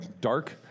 dark